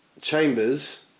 Chambers